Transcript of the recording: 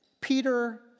Peter